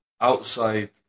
outside